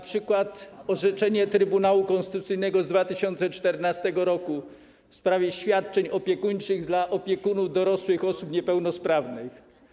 Np. orzeczenie Trybunału Konstytucyjnego z 2014 r. w sprawie świadczeń opiekuńczych dla opiekunów dorosłych osób niepełnosprawnych.